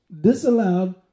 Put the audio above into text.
disallowed